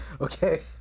okay